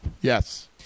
Yes